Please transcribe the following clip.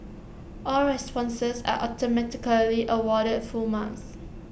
all responses are automatically awarded full marks